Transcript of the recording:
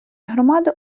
громади